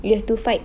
you have to fight